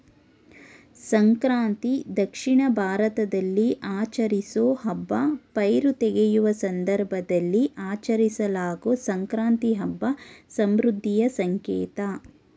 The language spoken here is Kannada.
ಸಂಕ್ರಾಂತಿ ದಕ್ಷಿಣ ಭಾರತದಲ್ಲಿ ಆಚರಿಸೋ ಹಬ್ಬ ಪೈರು ತೆಗೆಯುವ ಸಂದರ್ಭದಲ್ಲಿ ಆಚರಿಸಲಾಗೊ ಸಂಕ್ರಾಂತಿ ಹಬ್ಬ ಸಮೃದ್ಧಿಯ ಸಂಕೇತ